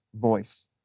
voice